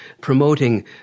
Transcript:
promoting